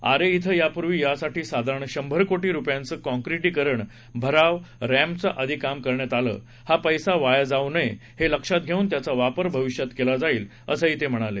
आरे क्वि यापूर्वी यासाठी साधारण शंभर कोर्टी रुपयांचं क्राँक्रीटीकरण भराव रँम्पचं आदी काम करण्यात आलं आहे हा पप्ती वाया जाऊ नये हे लक्षात धेऊन त्याचा वापर भविष्यात केला जाईल असं ते म्हणाले